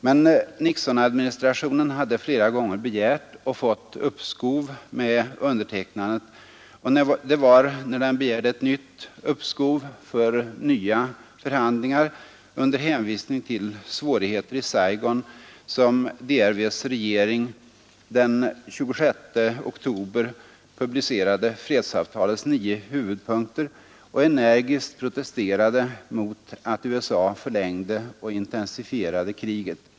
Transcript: Men Nixonadministrationen hade flera gånger begärt och fått uppskov med undertecknandet, och det var när den begärde ett nytt uppskov för nya förhandlingar under hänvisning till ”svårigheter i Saigon”, som DRV:s regering den 26 oktober publicerade fredsavtalets nio huvudpunkter och energiskt protesterade mot att USA förlängde och intensifierade kriget.